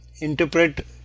interpret